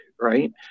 right